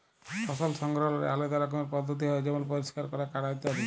ফসল সংগ্রহলের আলেদা রকমের পদ্ধতি হ্যয় যেমল পরিষ্কার ক্যরা, কাটা ইত্যাদি